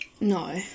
No